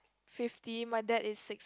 fifty my day is six